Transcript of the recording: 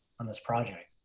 on this project.